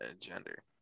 gender